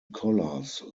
collars